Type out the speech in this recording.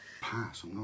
Pass